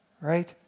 right